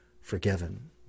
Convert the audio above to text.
forgiven